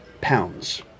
pounds